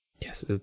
yes